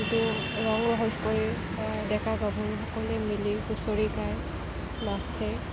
যিটো ৰং ৰহইচ কৰি ডেকা গাভৰুসকলোৱে মিলি হুঁচৰি গাই নাচে